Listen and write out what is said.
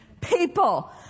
people